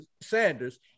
Sanders